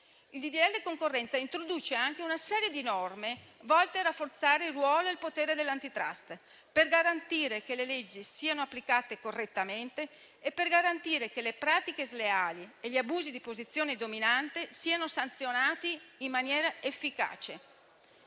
legge concorrenza introduce anche una serie di norme volte a rafforzare il ruolo e il potere dell'Antitrust, per garantire che le leggi siano applicate correttamente e per garantire che le pratiche sleali e gli abusi di posizione dominante siano sanzionati in maniera efficace.